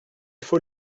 faut